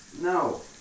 No